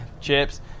chips